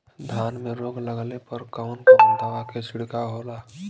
धान में रोग लगले पर कवन कवन दवा के छिड़काव होला?